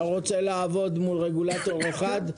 אתה רוצה לעבוד מול רגולטור אחד.